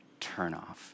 turnoff